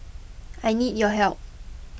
I need your help